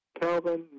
Calvin